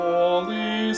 Holy